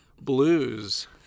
blues